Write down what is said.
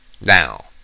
now